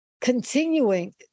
continuing